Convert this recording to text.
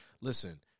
listen